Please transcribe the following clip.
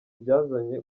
byazanye